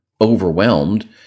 overwhelmed